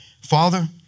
Father